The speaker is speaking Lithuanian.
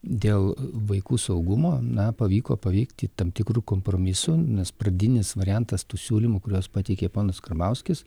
dėl vaikų saugumo na pavyko paveikti tam tikrų kompromisų nes pradinis variantas tų siūlymų kuriuos pateikė ponas karbauskis